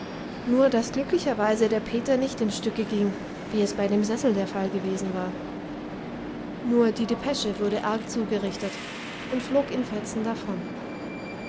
nur daß glücklicherweise der peter nicht in stücke ging wie es bei dem sessel der fall gewesen war nur die depesche wurde arg zugerichtet und flog in fetzen davon